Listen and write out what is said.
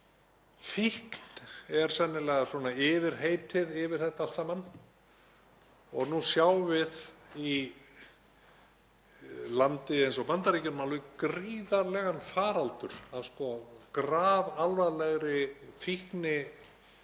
Fíkn er sennilega yfirheitið yfir þetta allt saman. Nú sjáum við í landi eins og Bandaríkjunum alveg gríðarlegan faraldur af grafalvarlegri